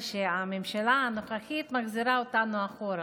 שהממשלה הנוכחית מחזירה אותנו אחורה.